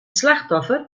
slachtoffer